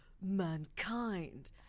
mankind